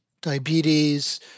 diabetes